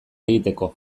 egiteko